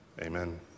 amen